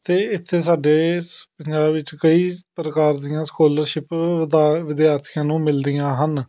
ਅਤੇ ਇੱਥੇ ਸਾਡੇ ਪੰਜਾਬ ਵਿੱਚ ਕਈ ਪ੍ਰਕਾਰ ਦੀਆਂ ਸਕੋਲਰਸ਼ਿਪ ਦਾ ਵਿਦਿਆਰਥੀਆਂ ਨੂੰ ਮਿਲਦੀਆਂ ਹਨ